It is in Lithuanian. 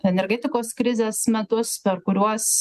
energetikos krizės metus per kuriuos